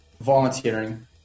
Volunteering